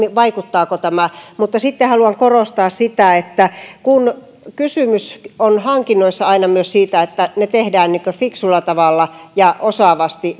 siitä vaikuttaako tämä mutta haluan korostaa sitä että kun kysymys on hankinnoissa aina myös siitä että ne tehdään fiksulla tavalla ja osaavasti